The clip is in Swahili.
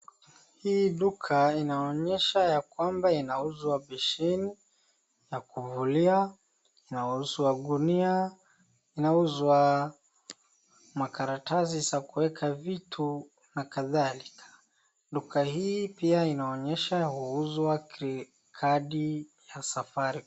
Hii duka inaonyesha ya kwamba inauzwa besheni za kuvulia, inauzwa gunia, inauzwa makaratasi za kuweka vitu na kadhalika. Duka hii pia inaonyesha huuzwa ki kadi ya safaricom.